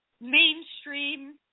mainstream